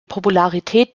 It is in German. popularität